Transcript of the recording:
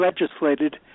legislated